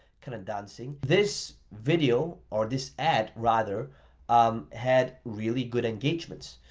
kind of dancing. this video or this ad rather um had really good engagements.